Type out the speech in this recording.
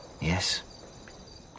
Yes